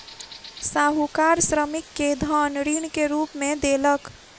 साहूकार श्रमिक के धन ऋण के रूप में देलक